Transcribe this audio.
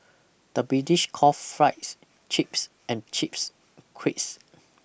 the British call fries chips and chips crisps